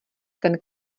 ten